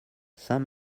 saint